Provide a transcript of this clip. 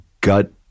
gut